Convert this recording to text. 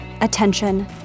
attention